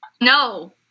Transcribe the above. No